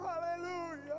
hallelujah